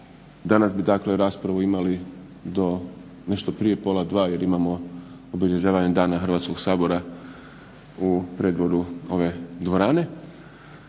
danas bi dakle raspravu imali do nešto prije 13,30 jer imamo obilježavanje Dana Hrvatskog sabora u predvorju ove dvorane,